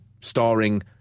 starring